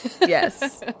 Yes